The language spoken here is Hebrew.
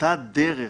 באותה דרך